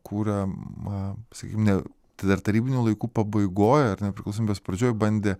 kuria ma sakykim ne tai dar tarybinių laikų pabaigoj ar nepriklausomybės pradžioj bandė